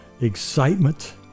excitement